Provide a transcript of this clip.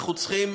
אנחנו צריכים